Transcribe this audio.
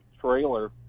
trailer